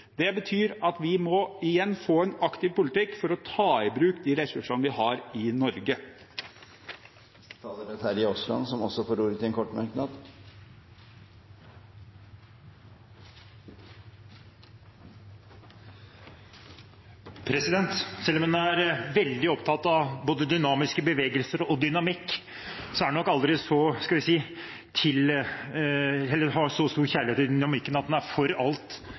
Det betyr at vi igjen må få en aktiv politikk for å ta i bruk de ressursene vi har i Norge. Representanten Terje Aasland har hatt ordet to ganger tidligere og får ordet til en kort merknad, begrenset til 1 minutt. Selv om en er veldig opptatt av både dynamiske bevegelser og dynamikk, har en nok aldri så stor kjærlighet til dynamikken at en er for